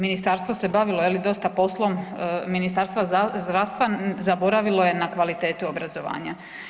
Ministarstvo se bavilo je li dosta poslom Ministarstva zdravstva zaboravilo je na kvalitetu obrazovanja.